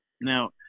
now